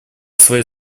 своей